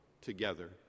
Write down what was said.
together